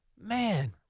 Man